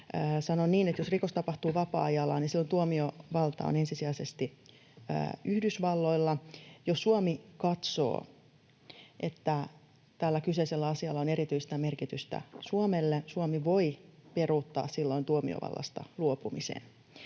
sanon niin, että jos rikos tapahtuu vapaa-ajalla, niin silloin tuomiovalta on ensisijaisesti Yhdysvalloilla. Jos Suomi katsoo, että tällä kyseisellä asialla on erityistä merkitystä Suomelle, Suomi voi peruuttaa silloin tuomiovallasta luopumisen